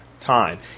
time